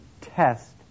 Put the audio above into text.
test